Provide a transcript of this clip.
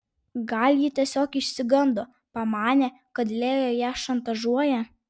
gal ji tiesiog išsigando pamanė kad leo ją šantažuoja